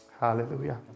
hallelujah